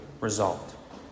result